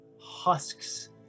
husks